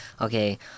Okay